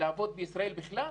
לעבוד בישראל בכלל?